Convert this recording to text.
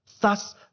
Thus